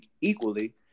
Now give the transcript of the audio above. equally